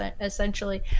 essentially